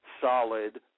solid